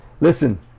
listen